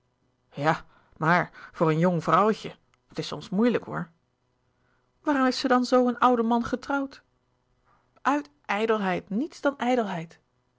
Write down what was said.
ja maar voor een jong vrouwtje het is soms moeilijk hoor louis couperus de boeken der kleine zielen waarom heeft ze dan zoo een ouden man getrouwd uit ijdelheid niets dan